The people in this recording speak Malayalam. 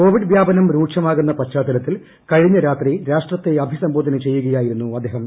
കോവിഡ് വ്യാപനം രൂക്ഷമാകുന്ന പശ്ചാത്തലത്തിൽ കഴിഞ്ഞ രാത്രി രാഷ്ട്രത്തെ അഭിസംബോധന ചെയ്യുകയായിരുന്നു അദ്ദേഹം